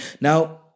Now